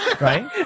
right